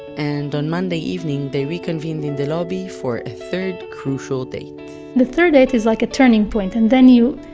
and on monday evening, they reconvened in the lobby for a third, crucial date the third date is like a turning point, and then you,